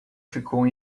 ficou